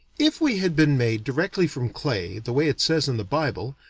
if we had been made directly from clay, the way it says in the bible,